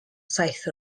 saith